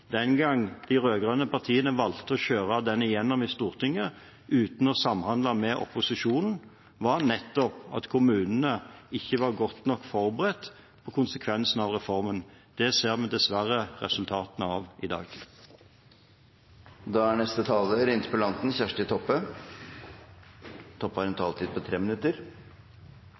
den gang de rød-grønne partiene valgte å kjøre den gjennom i Stortinget, uten å samhandle med opposisjonen, var nettopp at kommunene ikke var godt nok forberedt på konsekvensene av reformen. Det ser vi dessverre resultatene av i dag. Eg vil takka statsråden for svaret. Eg vert møtt med at eg i dag har